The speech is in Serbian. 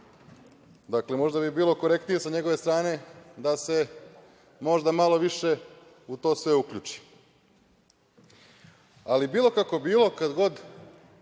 možda bi bilo korektnije sa njegove strane da se možda malo više u to sve uključi. Ali, bilo kako bilo, kada god